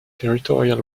territorial